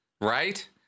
Right